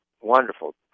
wonderful